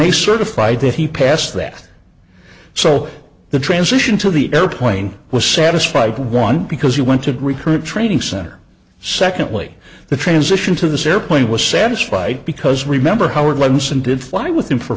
they certified that he passed that so the transition to the airplane was satisfied one because you went to recruit training center secondly the transition to the sara point was satisfied because remember howard levinson did fly with him for